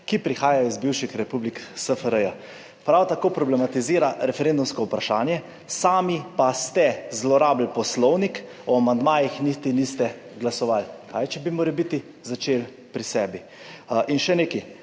ki prihajajo iz bivših republik SFRJ. Prav tako problematizira referendumsko vprašanje, sami pa ste zlorabili Poslovnik, o amandmajih niste niti glasovali. Kaj, če bi morebiti začeli pri sebi? Še nekaj,